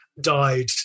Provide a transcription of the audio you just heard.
died